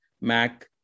Mac